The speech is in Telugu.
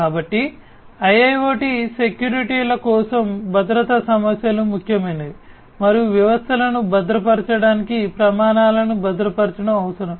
కాబట్టి IIoT సెక్యూరిటీల కోసం భద్రతా సమస్యలు ముఖ్యమైనవి మరియు వ్యవస్థలను భద్రపరచడానికి ప్రమాణాలను భద్రపరచడం అవసరం